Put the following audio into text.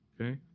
Okay